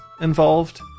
involved